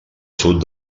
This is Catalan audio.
sud